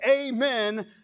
amen